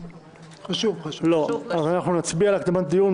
אנחנו נצביע על הקדמת דיון.